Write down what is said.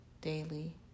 daily